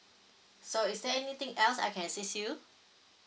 so is there anything else I can assist you